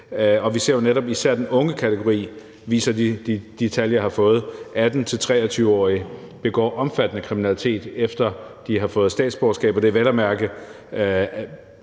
og vi ser jo netop, at især den unge kategori, de 18-24-årige – det viser de tal, jeg har fået – begår omfattende kriminalitet, efter de har fået statsborgerskab. Og det er vel og mærke